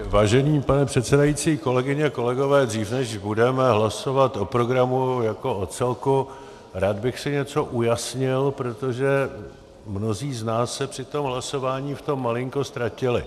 Vážený pane předsedající, kolegyně, kolegové, dříve než budeme hlasovat o programu jako o celku, rád bych si něco ujasnil, protože mnozí z nás se při hlasování v tom malinko ztratili.